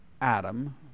Adam